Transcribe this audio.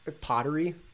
pottery